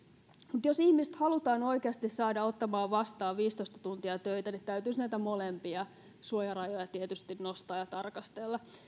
mutta jos ihmiset halutaan oikeasti saada ottamaan vastaan viisitoista tuntia töitä niin täytyisi näitä molempia suojarajoja tietysti nostaa ja tarkastella